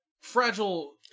Fragile